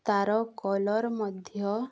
ତା'ର କଲର୍ ମଧ୍ୟ